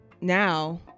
Now